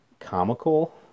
comical